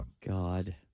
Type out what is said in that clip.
God